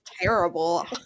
Terrible